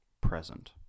present